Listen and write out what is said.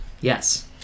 Yes